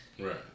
Right